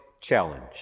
challenge